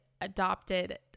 adopted